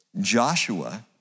Joshua